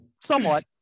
Somewhat